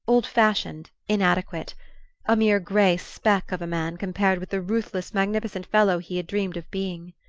old-fashioned, inadequate a mere grey speck of a man compared with the ruthless magnificent fellow he had dreamed of being.